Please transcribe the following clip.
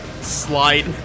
slide